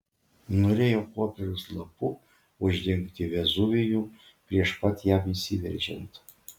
norėjo popieriaus lapu uždengti vezuvijų prieš pat jam išsiveržiant